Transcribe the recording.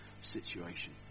situation